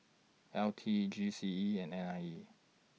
L T G C E and N I E